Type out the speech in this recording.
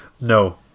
No